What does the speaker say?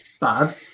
bad